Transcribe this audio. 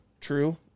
True